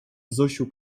zosiu